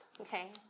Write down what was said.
okay